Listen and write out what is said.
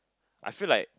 I feel like